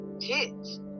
kids